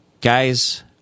Guys